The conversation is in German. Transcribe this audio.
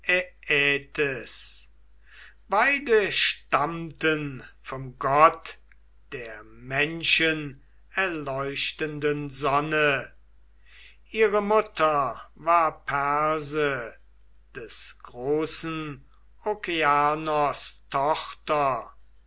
beide stammten vom gotte der menschenerleuchtenden sonne ihre mutter war perse des großen okeanos